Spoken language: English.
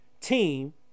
team